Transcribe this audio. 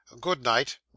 good-night